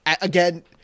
Again